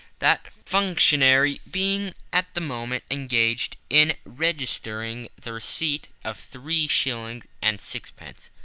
that functionary being at the moment engaged in registering the receipt of three shillings and sixpence.